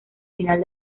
final